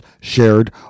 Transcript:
shared